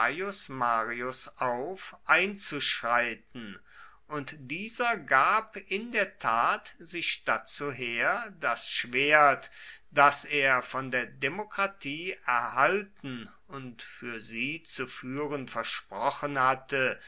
marius auf einzuschreiten und dieser gab in der tat sich dazu her das schwert das er von der demokratie erhalten und für sie zu führen versprochen hatte